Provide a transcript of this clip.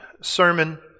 sermon